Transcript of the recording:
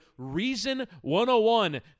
REASON101